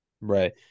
Right